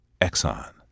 Exxon